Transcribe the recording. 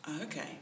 Okay